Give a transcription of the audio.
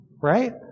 right